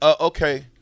Okay